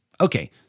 Okay